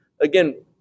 again